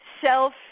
self